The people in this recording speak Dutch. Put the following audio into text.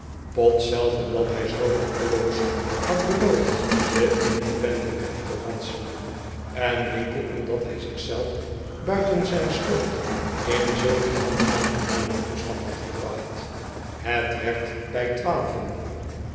pott zelf omdat hij zoo roekeloos had beloofd den independent af te ranselenj en winkle omdat hij zich zelf buiten zijn schuld in zulk een onaangenamen toestand had gebracht het werd bij twaalven